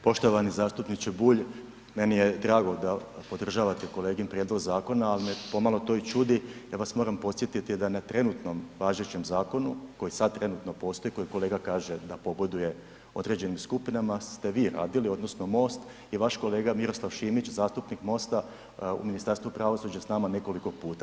Poštovani zastupniče Bulj, meni je drago da podržavate kolegin prijedlog zakona, ali me pomalo to i čudi ja vas moram podsjetiti da na trenutnom važećem zakonu, koji sad trenutno postoji, koji kolega kaže da pogoduje određenim skupinama ste vi radili odnosno MOST i vaš kolega Miroslav Šimić zastupnik MOST-a u Ministarstvu pravosuđa s nama nekoliko puta.